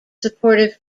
supportive